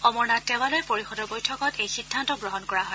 অমৰনাথ দেৱালয় পৰিষদৰ বৈঠকত এই সিদ্ধান্ত গ্ৰহণ কৰা হয়